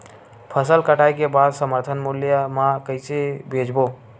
फसल कटाई के बाद समर्थन मूल्य मा कइसे बेचबो?